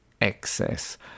excess